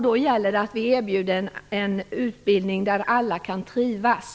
Då gäller det att vi erbjuder en utbildning där alla kan trivas.